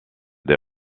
des